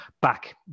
back